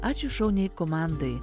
ačiū šauniai komandai